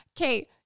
Okay